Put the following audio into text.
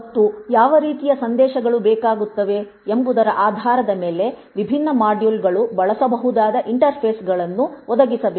ಮತ್ತು ಯಾವ ರೀತಿಯ ಸಂದೇಶಗಳು ಬೇಕಾಗುತ್ತವೆ ಎಂಬುದರ ಆಧಾರದ ಮೇಲೆ ವಿಭಿನ್ನ ಮಾಡ್ಯೂಲ್ಗಳು ಬಳಸಬಹುದಾದ ಇಂಟರ್ಫೇಸ್ಗಳನ್ನು ಒದಗಿಸಬೇಕು